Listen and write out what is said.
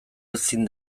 ezin